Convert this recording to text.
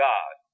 God